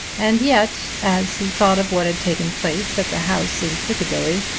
and yet, as he thought of what had taken place at the house in piccadilly,